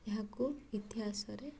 ଏହାକୁ ଇତିହାସରେ